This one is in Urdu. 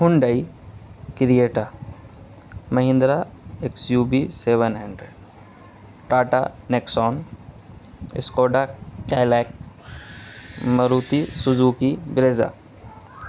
Hyundai Creta Mahindra X U V seven hundred Tata Nexon Skoda Kylaq Maruti Suzuki Brezza